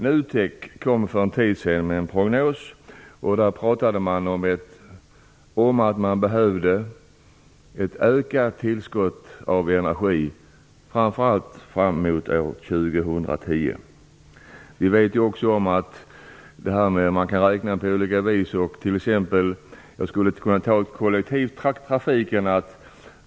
NUTEK kom för en tid sedan med en prognos där man pratade om att vi behöver ett ökat tillskott av energi framför allt fram till år 2010. Vi vet ju också att man kan räkna på olika vis. Jag skulle t.ex. kunna nämna kollektivtrafiken.